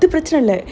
ah so